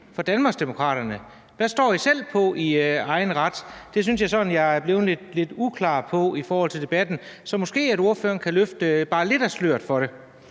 for Danmarksdemokraterne. Hvad står I selv på i egen ret? Det synes jeg at jeg er blevet sådan lidt uklar på i forhold til debatten. Så måske kunne ordføreren løfte sløret bare lidt for det.